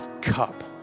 cup